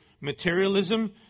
materialism